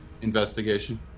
investigation